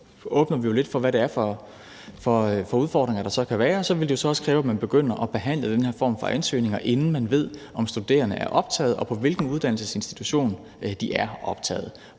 nu åbner vi jo lidt for, hvad det er for udfordringer, der så kan være – så ville det jo også kræve, at man begyndte at behandle den her form for ansøgninger, inden man vidste, om studerende var blevet optaget, og på hvilke uddannelsesinstitutioner de var blevet